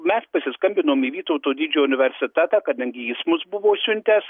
mes pasiskambinom į vytauto didžiojo universitetą kadangi jis mus buvo siuntęs